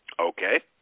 Okay